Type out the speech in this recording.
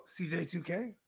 CJ2K